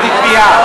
להצביע.